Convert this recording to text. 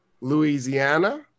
Louisiana